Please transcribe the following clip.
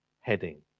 heading